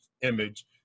image